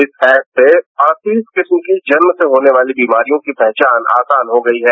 इस एप से किसी किस्म की जन्म से होने वाली बीमारी की पहचान आसान हो गई है